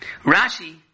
Rashi